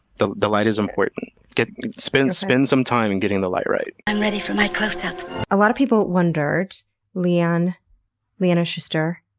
the the light is important. spend spend some time in getting the light right. i'm ready for my close-up a lot of people wondered leanna leanna shuster,